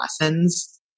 lessons